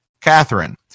Catherine